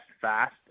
fast